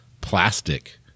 plastic